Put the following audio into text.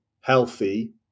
healthy